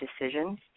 decisions